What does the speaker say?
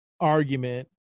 argument